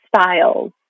styles